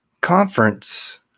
conference